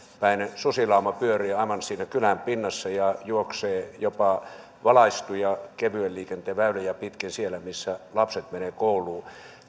päinen susilauma pyörii aivan siinä kylän pinnassa ja juoksee jopa valaistuja kevyen liikenteen väyliä pitkin siellä missä lapset menevät kouluun